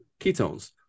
ketones